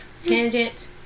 Tangent